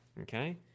Okay